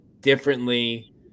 differently